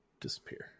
disappear